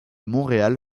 montréal